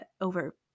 over